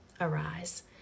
arise